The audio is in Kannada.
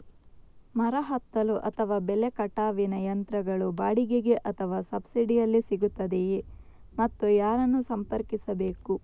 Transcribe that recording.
ಮರ ಹತ್ತಲು ಅಥವಾ ಬೆಲೆ ಕಟಾವಿನ ಯಂತ್ರಗಳು ಬಾಡಿಗೆಗೆ ಅಥವಾ ಸಬ್ಸಿಡಿಯಲ್ಲಿ ಸಿಗುತ್ತದೆಯೇ ಮತ್ತು ಯಾರನ್ನು ಸಂಪರ್ಕಿಸಬೇಕು?